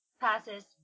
Passes